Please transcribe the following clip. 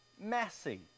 messy